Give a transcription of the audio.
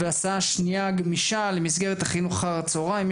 והסעה שניה גמישה למסגרות חינוך אחר-הצהריים.